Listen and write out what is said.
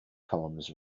columns